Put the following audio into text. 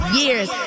years